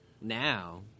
Now